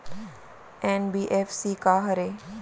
NBFC का हरे?